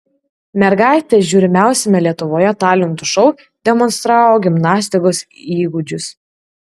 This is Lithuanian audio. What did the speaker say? mergaitė žiūrimiausiame lietuvoje talentų šou demonstravo gimnastikos įgūdžius